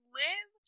live